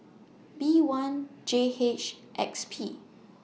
B one J H X P